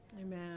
Amen